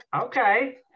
Okay